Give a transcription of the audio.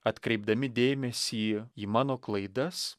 atkreipdami dėmesį į mano klaidas